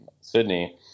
Sydney